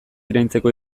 iraintzeko